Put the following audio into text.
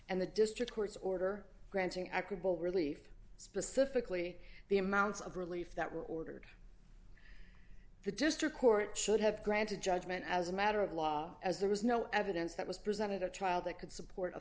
and the district court's order granting equitable relief specifically the amounts of relief that were ordered the district court should have granted judgment as a matter of law as there was no evidence that was presented at trial that could support